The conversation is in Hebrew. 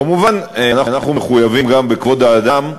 כמובן, אנחנו מחויבים גם בכבוד האדם,